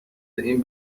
این